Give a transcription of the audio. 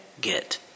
get